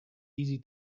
easy